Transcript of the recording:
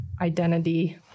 identity